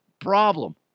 problem